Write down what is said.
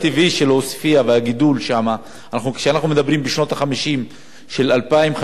כשאנחנו מדברים בשנות ה-50 על 2,500 תושבים,